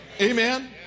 Amen